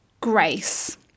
grace